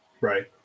Right